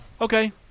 Okay